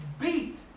beat